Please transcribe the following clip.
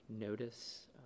notice